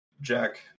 Jack